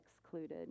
excluded